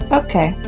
okay